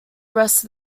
rest